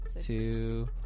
two